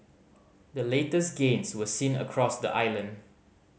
the latest gains were seen across the island